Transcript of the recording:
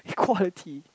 quality